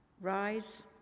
rise